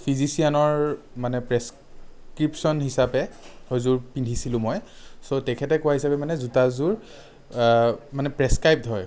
ফিজিচিয়ানৰ মানে প্ৰেছক্ৰিপচন হিচাপে সেইযোৰ পিন্ধিছিলোঁ মই চ' তেখেতে কোৱা হিচাপে মানে জোতাযোৰ মানে প্ৰেছক্ৰাইব্ড হয়